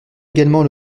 également